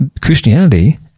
Christianity